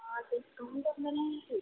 discount ఉంటుందండి